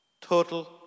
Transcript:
Total